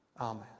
Amen